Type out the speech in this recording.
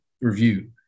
review